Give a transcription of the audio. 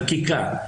חקיקה,